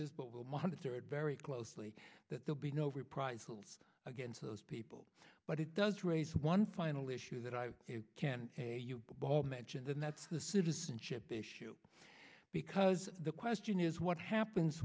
we'll monitor it very closely that there be no reprisals against those people but it does raise one final issue that i can mention and that's the citizenship issue because the question is what happens